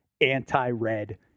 anti-red